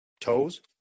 Toes